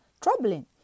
troubling